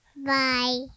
Bye